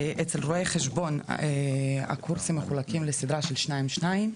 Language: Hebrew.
אצל רואי החשבון הקורסים מחולקים לסדרה של שניים ושניים,